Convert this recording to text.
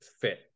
fit